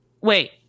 Wait